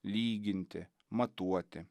lyginti matuoti